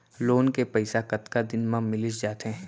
Loan के पइसा कतका दिन मा मिलिस जाथे?